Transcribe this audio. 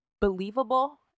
believable